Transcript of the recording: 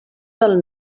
del